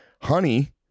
Honey